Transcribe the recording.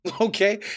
Okay